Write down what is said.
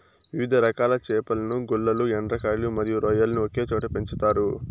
వివిధ రకాల చేపలను, గుల్లలు, ఎండ్రకాయలు మరియు రొయ్యలను ఒకే చోట పెంచుతారు